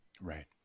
Right